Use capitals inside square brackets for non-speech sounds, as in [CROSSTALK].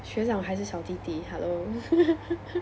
学长还是小弟弟 hello [LAUGHS]